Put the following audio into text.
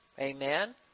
Amen